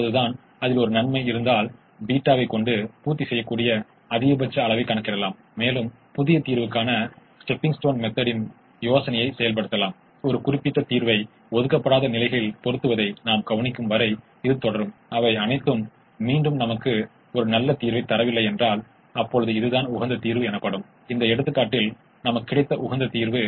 முதன்மையான குறைப்பு இரட்டை ஒருவேளை அதிகபட்சம் இது வேறு வழியாக இருக்கலாம் ஆனால் அடிப்படையில் குறைத்தல் சிக்கலானது புறநிலை செயல்பாட்டு மதிப்பை விட அதிகமாகவோ அல்லது சமமாகவோ சாத்தியமான தீர்வுகளைக் கொண்டிருக்கும் இது பலவீனமான இருமைக் கோட்பாட்டின் சாராம்சம் இப்போது நாம் இன்னும் சிலவற்றிற்கு முன்னேறுகிறோம் இருமையின் முடிவுகள்